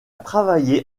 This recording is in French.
travaillé